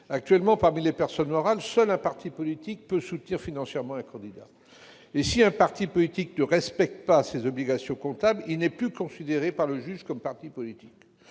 Actuellement, parmi les personnes morales, seul un parti politique peut soutenir financièrement un candidat. Si un parti ne respecte pas ses obligations comptables, il n'est plus considéré par le juge comme un parti politique.